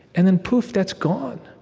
and then, poof! that's gone